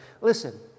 listen